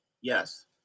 Yes